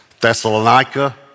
Thessalonica